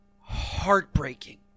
heartbreaking